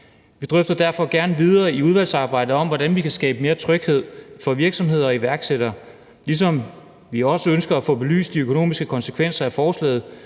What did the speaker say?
Vi drøfter derfor gerne videre i udvalgsarbejdet, hvordan vi kan skabe mere tryghed for virksomheder og iværksættere. Vi ønsker også at få belyst de økonomiske konsekvenserne af forslaget.